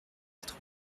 quatre